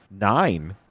nine